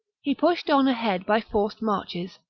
he pushed on ahead by forced marches,